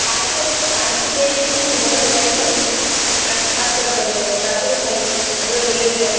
park park ଦେଇକି ହିଁ ଯିବା ନା ଘାଇକୁ ଫାଷ୍ଟ ପାର୍କ୍ଟା ପଡ଼ିବ ତା'ପରେ ଘାଇ ତା'ପରେ ବେଲେଶ୍ୱର